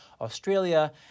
Australia